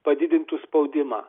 padidintų spaudimą